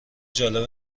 جالب